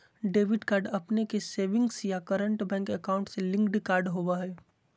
debit card अपने के savings या करंट बैंक अकाउंट से लिंक्ड कार्ड होबा हइ